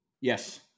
Yes